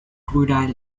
brüder